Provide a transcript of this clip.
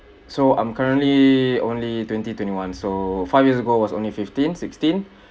so I'm currently only twenty twenty one so five years ago was only fifteen sixteen